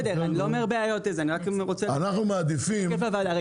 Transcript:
אני לא אומר בעיות, אני רק רוצה לציין לוועדה.